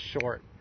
short